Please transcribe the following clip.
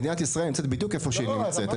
מדינת ישראל נמצאת בדיוק איפה שהיא נמצאת.